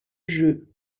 jeu